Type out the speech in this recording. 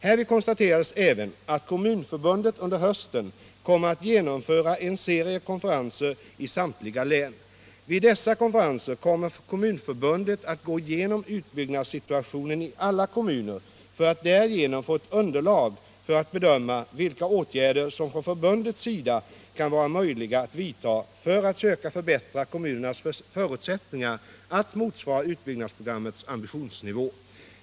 Härvid konstaterades även att Kommunförbundet under hösten kommer att genomföra en serie konferenser i samtliga län. Vid dessa konferenser kommer Kommunförbundet att gå igenom utbyggnadssituationen i alla kommuner för att därigenom få ett underlag för att bedöma vilka åtgärder som från förbundets sida kan vara möjliga att vidta för att söka förbättra kommunernas förutsättningar att motsvara utbyggnadsprogrammets ambitionsnivå.